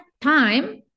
time